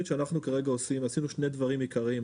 עשינו שני דברים עיקריים.